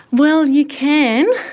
well, you can,